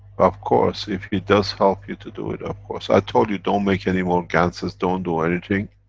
of course, if it does help you to do it, of course. i told you, don't make anymore ganses, don't do anything.